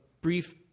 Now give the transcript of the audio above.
brief